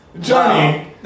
Johnny